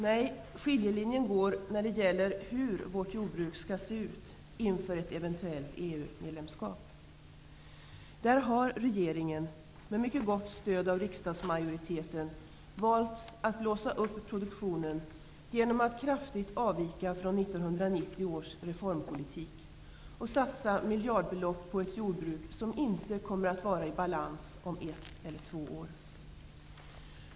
Nej, skiljelinjen går vid hur vårt jordbruk skall se ut inför ett eventuellt EU-medlemskap. Regeringen har, med mycket gott stöd av riksdagsmajoriteten, valt att blåsa upp produktionen genom att kraftigt avvika från 1990 års reformpolitik och satsa miljardbelopp på ett jordbruk som inte kommer att vara i balans om ett eller två år.